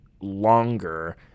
longer